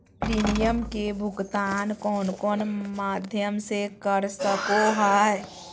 Premium के भुक्तान कौन कौन माध्यम से कर सको है?